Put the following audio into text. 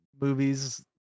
movies